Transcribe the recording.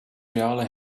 reale